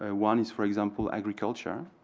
ah one is for example agriculture.